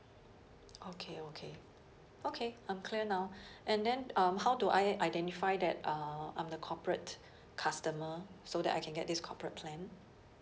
okay okay okay I'm clear now and then um how do I identify that uh I'm the corporate customer so that I can get this corporate plan